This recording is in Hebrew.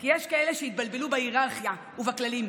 כי יש כאלה שהתבלבלו בהיררכיה ובכללים.